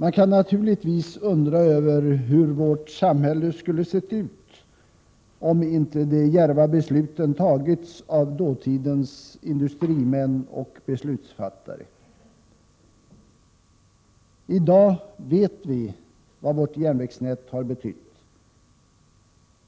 Man kan naturligtvis undra över hur vårt samhälle skulle sett ut om inte de djärva besluten tagits av dåtidens industrimän och beslutsfattare. I dag vet vi vad vårt järnvägsnät har betytt.